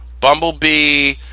Bumblebee